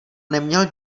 neměl